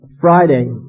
Friday